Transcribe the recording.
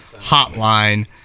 hotline